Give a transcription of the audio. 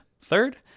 third